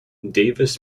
davis